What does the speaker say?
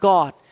God